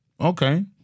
Okay